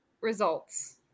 results